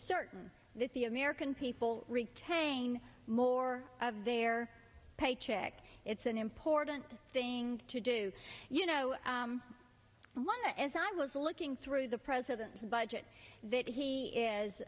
certain that the american people retain more of their paycheck it's an important thing to do you know i want to as i was looking through the president's budget that he